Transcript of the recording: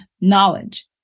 knowledge